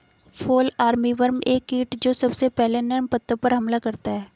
fall armyworm एक कीट जो सबसे पहले नर्म पत्तों पर हमला करता है